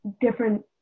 different